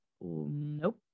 Nope